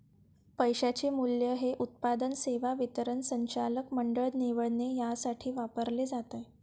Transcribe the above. पैशाचे मूल्य हे उत्पादन, सेवा वितरण, संचालक मंडळ निवडणे यासाठी वापरले जाते